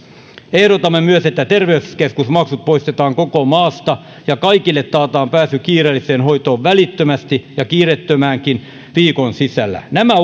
ehdotamme myös että terveyskeskusmaksut poistetaan koko maasta ja kaikille taataan pääsy kiireelliseen hoitoon välittömästi ja kiireettömäänkin viikon sisällä nämä